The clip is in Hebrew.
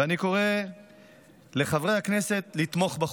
ואני קורא לחברי הכנסת לתמוך בחוק.